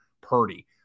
purdy